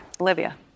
Olivia